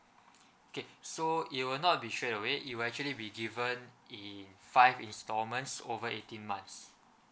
okay so it will not be straight away it will actually be given in five instalments over eighteen months